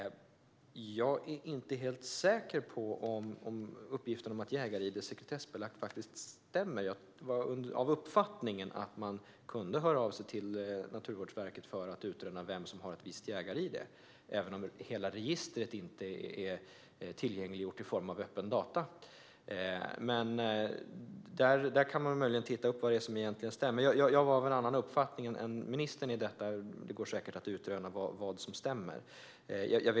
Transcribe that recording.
Jag är inte helt säker på om uppgiften om att jägar-id:n är sekretessbelagda stämmer. Jag var av uppfattningen att man kan höra av sig till Naturvårdsverket för att utröna vem som har ett visst jägar-id, även om hela registret inte är tillgängliggjort i form av öppna data. Man kan möjligen kontrollera vad som egentligen stämmer. Jag var av en annan uppfattning än ministern, och det går säkert att utröna vad som stämmer.